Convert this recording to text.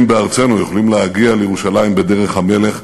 בארצנו יוכלו להגיע לירושלים בדרך המלך.